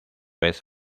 vez